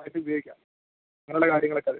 ആയിട്ട് ഉപയോഗിക്കാം അങ്ങനെയുള്ള കാര്യങ്ങളൊക്കെ വരുന്ന